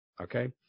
okay